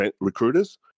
recruiters